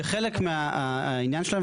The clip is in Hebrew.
שחלק מהעניין שלהם,